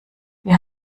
wir